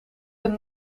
een